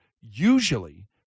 Usually